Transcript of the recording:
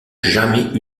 jamais